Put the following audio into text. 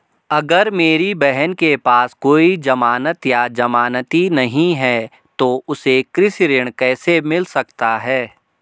अगर मेरी बहन के पास कोई जमानत या जमानती नहीं है तो उसे कृषि ऋण कैसे मिल सकता है?